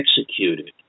executed